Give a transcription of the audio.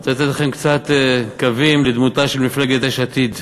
אני רוצה לתת לכם קצת קווים לדמותה של מפלגת יש עתיד: